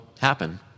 happen